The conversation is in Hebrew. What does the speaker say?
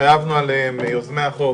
שהתחייבנו עליהם, יוזמי החוק,